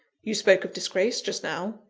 you spoke of disgrace just now.